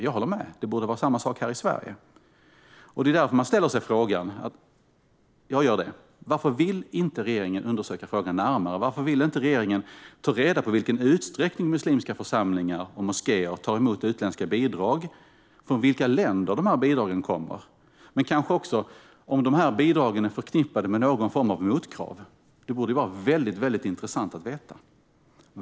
Jag håller med; det borde vara samma sak här i Sverige. Det är därför jag ställer frågan: Varför vill inte regeringen undersöka frågan närmare? Varför vill inte regeringen ta reda på i vilken utsträckning muslimska församlingar och moskéer tar emot utländska bidrag och från vilka länder dessa bidrag kommer? Och är dessa bidrag förknippade med någon form av motkrav? Det borde vara väldigt intressant att veta.